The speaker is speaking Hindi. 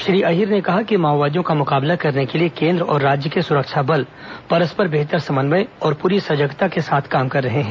श्री अहीर ने कहा कि माओवादियों का मुकाबला करने के लिए केन्द्र और राज्य के सुरक्षा बल परस्पर बेहतर समन्वय और पूरी सजगता से काम कर रहे हैं